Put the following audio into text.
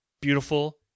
beautiful